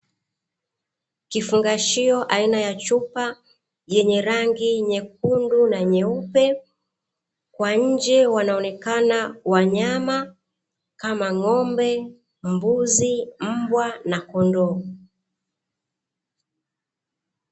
Kifungashio aina ya chupa yenye rangi nyekundu na nyeupe, kwa nje wanaonekana wanyama kama ng'pmbe, mbuzi, mbwa na kondoo.